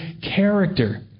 character